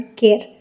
care